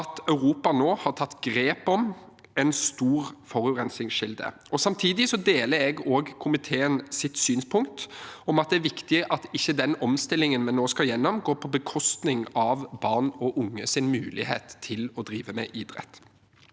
Europa nå har tatt grep om en stor forurensningskilde. Samtidig deler jeg komiteens synspunkt om at det er viktig at ikke omstillingen vi nå skal gjennom, går på bekostning av barn og unges mulighet til å drive med idrett.